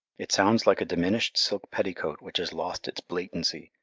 it sounds like a diminished silk petticoat which has lost its blatancy,